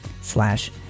slash